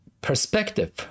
perspective